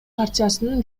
партиясынын